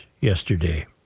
yesterday